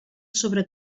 sobre